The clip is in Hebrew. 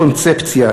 אם יש קונספציה,